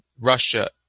Russia